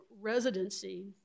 residency